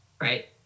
Right